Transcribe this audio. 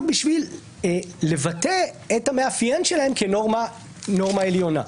בשביל לבטא את המאפיין שלהם כנורמה עליונה.